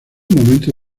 momento